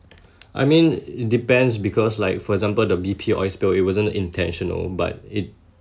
I mean it depends because like for example the B_P oil spill it wasn't intentional but it